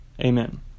Amen